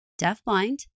deafblind